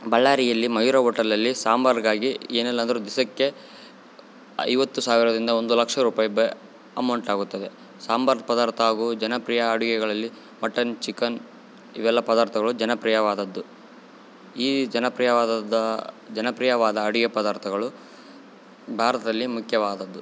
ಬಳ್ಳಾರಿಯಲ್ಲಿ ಮಯೂರ ಹೋಟೆಲಲ್ಲಿ ಸಾಂಬಾರ್ಗಾಗಿ ಏನೆಲ್ಲ ಅಂದರು ದಿಸಕ್ಕೆ ಐವತ್ತು ಸಾವಿರದಿಂದ ಒಂದು ಲಕ್ಷ ರೂಪಾಯಿ ಬೆ ಅಮೌಂಟ್ ಆಗುತ್ತದೆ ಸಾಂಬಾರು ಪದಾರ್ಥ ಹಾಗು ಜನಪ್ರಿಯ ಅಡುಗೆಗಳಲ್ಲಿ ಮಟನ್ ಚಿಕನ್ ಇವೆಲ್ಲ ಪದಾರ್ತರ್ಥಗಳು ಜನಪ್ರಿಯವಾದದ್ದು ಈ ಜನಪ್ರಿಯವಾದದ ಜನಪ್ರಿಯವಾದ ಅಡಿಗೆ ಪದಾರ್ಥಗಳು ಭಾರತದಲ್ಲಿ ಮುಖ್ಯವಾದದ್ದು